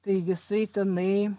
tai jisai tenai